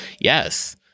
Yes